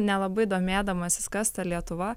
nelabai domėdamasis kas ta lietuva